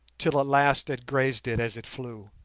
till at last it grazed it as it flew.